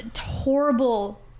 horrible